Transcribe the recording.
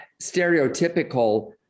stereotypical